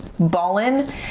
ballin